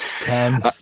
Ten